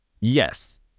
Yes